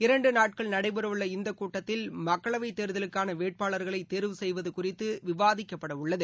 இரண்டு நாட்கள் நடைபெறவுள்ள இந்த கூட்டத்தில் மக்களவைத் தேர்தலுப்பான வேட்பாளர்களை தேர்வு செய்வது குறிதது விவாதிக்கப்பட உள்ளது